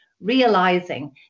realizing